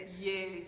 Yes